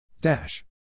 Dash